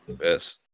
yes